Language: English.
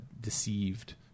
deceived